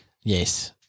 Yes